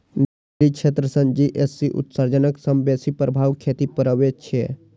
dairy क्षेत्र सं GHC उत्सर्जनक सबसं बेसी प्रभाव खेती पर पड़ै छै